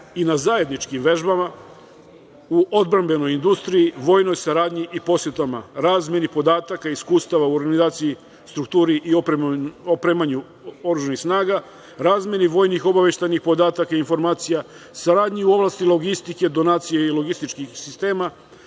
i zajedničkim vežbama, u odbrambenoj industriji, vojnoj saradnji i posetama, razmeni podataka, iskustava, u organizaciji, strukturi i opremanju oružanih snaga, razmeni vojnih obaveštajnih podataka i informacija, saradnji u oblasti logistike, donacije i logističkih sistema,